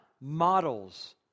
models